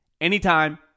anytime